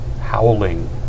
Howling